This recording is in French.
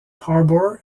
harbour